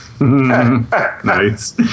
Nice